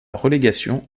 relégation